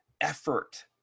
effort